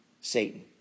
Satan